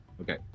Okay